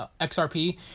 XRP